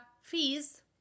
fees